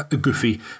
goofy